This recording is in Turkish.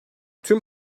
tüm